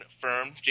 firm